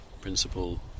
principle